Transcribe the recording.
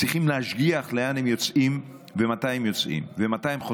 צריך להשגיח לאן הם יוצאים ומתי הם חוזרים.